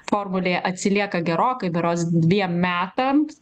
formulėje atsilieka gerokai berods dviem metams